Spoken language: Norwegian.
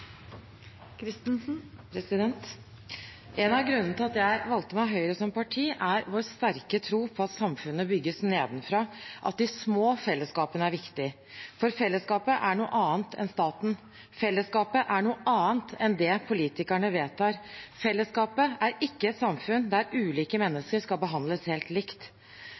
vår sterke tro på at samfunnet bygges nedenfra – at de små fellesskapene er viktig. For fellesskapet er noe annet enn staten, fellesskapet er noe annet enn det politikerne vedtar. Fellesskapet er ikke et samfunn der ulike mennesker skal behandles helt likt.